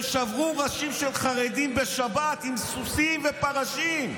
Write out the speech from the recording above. הם שברו ראשים של חרדים בשבת עם סוסים ופרשים,